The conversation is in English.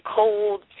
cold